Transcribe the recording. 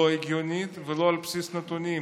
לא הגיונית ולא על בסיס נתונים,